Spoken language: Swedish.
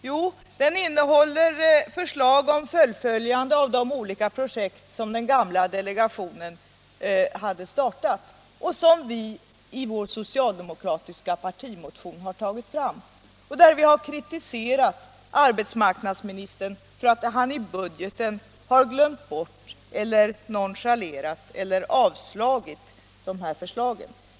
Jo, förslag om fullföljande av de olika projekt som den gamla delegationen hade startat och som vi i vår socialdemokratiska partimotion har tagit fram — där vi har kritiserat arbetsmarknadsministern för att han i budgeten glömt bort eller nonchalerat eller avslagit de här förslagen.